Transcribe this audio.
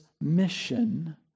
mission